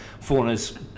Fauna's